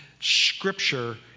Scripture